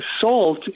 salt